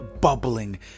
bubbling